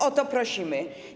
O to prosimy.